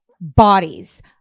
bodies